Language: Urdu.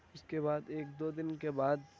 اس کے بعد ایک دو دن کے بعد